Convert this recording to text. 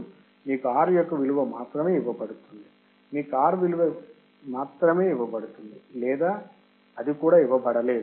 మరియు మీకు R యొక్క విలువ మాత్రమే ఇవ్వబడుతుంది మీకు R విలువ మాత్రమే ఇవ్వబడుతుంది లేదా అది కూడా ఇవ్వబడలేదు